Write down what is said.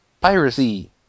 Piracy